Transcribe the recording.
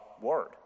word